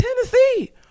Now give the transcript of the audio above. Tennessee